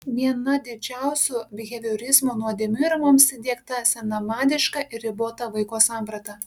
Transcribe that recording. viena didžiausių biheviorizmo nuodėmių yra mums įdiegta senamadiška ir ribota vaiko samprata